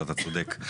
ואתה צודק,